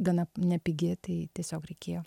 gana nepigi tai tiesiog reikėjo